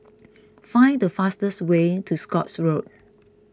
find the fastest way to Scotts Road